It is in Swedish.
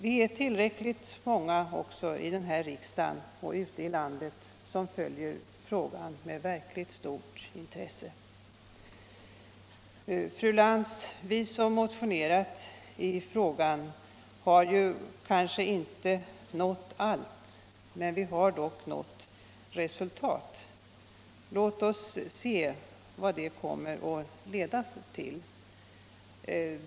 Det är tillräckligt många i den här riksdagen och ute i landet som följer frågan med verkligt stort intresse. Fru Lantz! Vi som motionerat i frågan har kanske inte nått allt, men vi har nått resultat. Låt oss se vad det kommer att leda till!